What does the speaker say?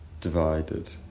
divided